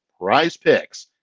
PrizePicks